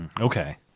Okay